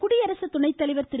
குடியரசு துணைத்தலைவா் திரு